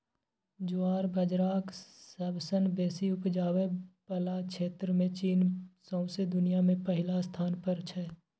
ज्वार बजराक सबसँ बेसी उपजाबै बला क्षेत्रमे चीन सौंसे दुनियाँ मे पहिल स्थान पर छै